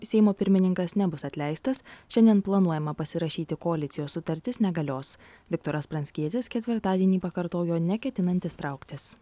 seimo pirmininkas nebus atleistas šiandien planuojama pasirašyti koalicijos sutartis negalios viktoras pranckietis ketvirtadienį pakartojo neketinantis trauktis